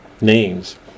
names